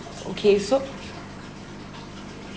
okay so